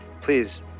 Please